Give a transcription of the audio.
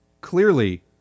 clearly